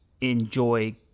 enjoy